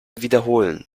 wiederholen